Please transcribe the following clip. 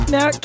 Now